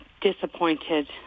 disappointed